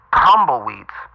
tumbleweeds